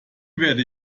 werde